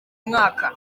mwaka